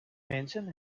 mensen